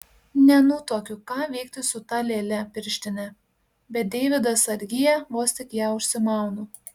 nenutuokiu ką veikti su ta lėle pirštine bet deividas atgyja vos tik ją užsimaunu